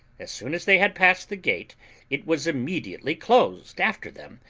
as soon as they had passed the gate it was immediately closed after them,